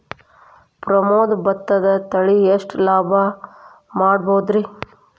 ಪ್ರಮೋದ ಭತ್ತದ ತಳಿ ಎಷ್ಟ ಲಾಭಾ ಮಾಡಬಹುದ್ರಿ?